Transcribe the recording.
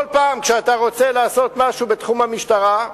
כל פעם כשאתה רוצה לעשות משהו בתחום המשטרה,